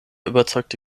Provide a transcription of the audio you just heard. überzeugte